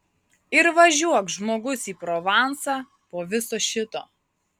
ir važiuok žmogus į provansą po viso šito